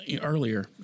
earlier